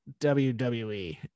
WWE